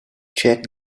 check